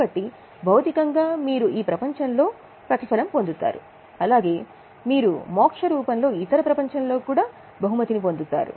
కాబట్టి భౌతికంగా మీరు ఈ ప్రపంచంలో ప్రతిఫలం పొందుతారు అలాగే మీరు మోక్ష రూపంలో ఇతర ప్రపంచంలో కూడా బహుమతిని పొందుతారు